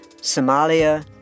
Somalia